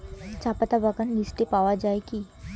চাপাতা বাগান লিস্টে পাওয়া যায় কি?